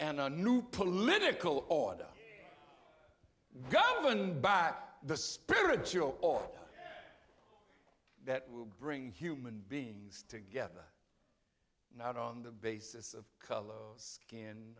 and a new political order gotten by the spiritual or that will bring human beings together not on the basis of color skin